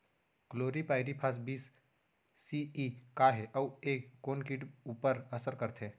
Chlorpyrifos बीस C E का हे अऊ ए कोन किट ऊपर असर करथे?